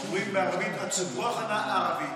אומרים בערבית: ערבית.